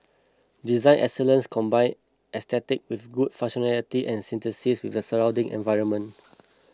design excellence combine aesthetics with good functionality and synthesis with the surrounding environment